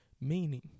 meaning